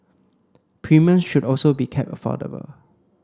premiums should also be kept affordable